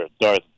Darth